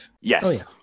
Yes